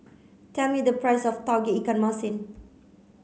tell me the price of Tauge Ikan Masin